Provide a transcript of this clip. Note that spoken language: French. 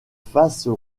faces